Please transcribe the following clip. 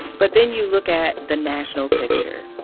but then you look at the national picture.